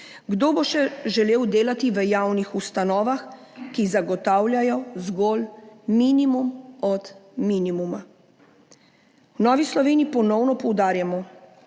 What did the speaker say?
Kdo bo še želel delati v javnih ustanovah, ki zagotavljajo zgolj minimum od minimuma? V Novi Sloveniji ponovno poudarjamo,